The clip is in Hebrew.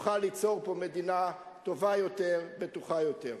נוכל ליצור פה מדינה טובה יותר, בטוחה יותר.